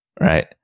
Right